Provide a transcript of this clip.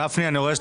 אבל לא דואגים